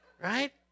Right